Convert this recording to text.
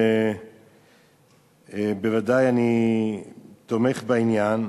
בוודאי אני תומך בעניין,